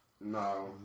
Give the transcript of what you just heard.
No